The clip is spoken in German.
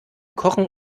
kochen